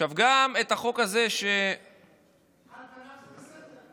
עכשיו, גם את החוק הזה, על פניו זה בסדר.